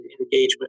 engagement